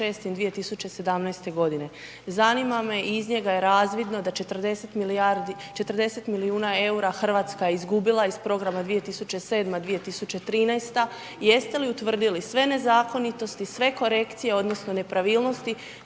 30.6.2017. godine, zanima me i iz njega je razvidno da 40 milijardi, 40 milijuna EUR-a Hrvatska je izgubila iz programa 2007.-2013. i jeste li utvrdili sve nezakonitosti, sve korekcije odnosno nepravilnosti